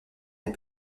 des